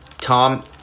Tom